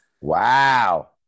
Wow